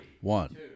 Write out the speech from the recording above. one